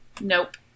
Nope